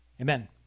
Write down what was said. Amen